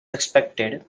expected